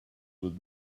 with